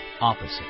opposite